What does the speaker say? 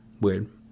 weird